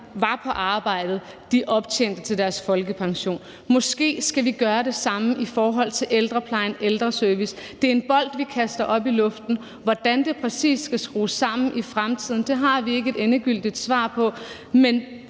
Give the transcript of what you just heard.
var i arbejde, optjente til deres folkepension. Måske skal vi gøre det samme i forhold til ældreplejen og ældreservice. Det er en bold, vi kaster op i luften, og hvordan det præcis skal skrues sammen i fremtiden, har vi ikke et endegyldigt svar på, men